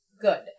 good